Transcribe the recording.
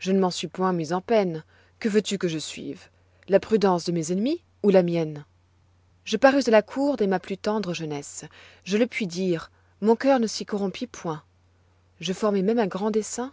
je ne m'en suis point mis en peine que veux-tu que je suive la prudence de mes ennemis ou la mienne je parus à la cour dès ma plus tendre jeunesse je le puis dire mon cœur ne s'y corrompit point je formai même un grand dessein